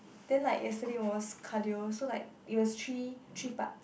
then like yesterday was cardio so like it was three three parts